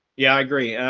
yeah, i agree.